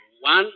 One